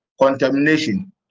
contamination